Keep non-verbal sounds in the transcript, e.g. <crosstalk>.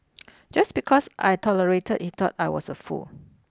<noise> just because I tolerated he thought I was a fool